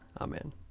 Amen